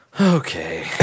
Okay